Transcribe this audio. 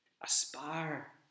aspire